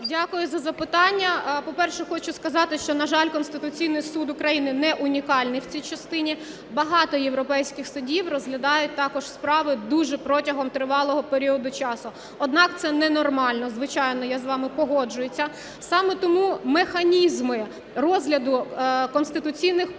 Дякую за запитання. По-перше, хочу сказати, що, на жаль, Конституційний Суд України не унікальний в цій частині, багато європейських судів розглядають також справи дуже протягом тривалого періоду часу. Однак це не нормально, звичайно, я з вами погоджуюся. Саме тому механізми розгляду конституційних подань і